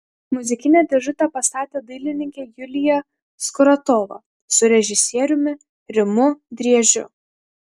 muzikinę dėžutę pastatė dailininkė julija skuratova su režisieriumi rimu driežiu